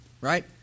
right